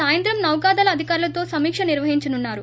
ఈ సాయంత్రం నౌకాదళ అధికారులతో సమీక నిర్వహించనున్నారు